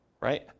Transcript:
right